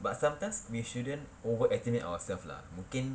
but sometimes we shouldn't overestimate ourself lah mungkin